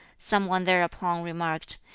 some one thereupon remarked,